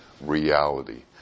Reality